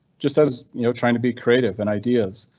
just as you know, trying to be creative and ideas.